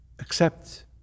accept